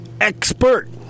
expert